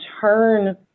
turn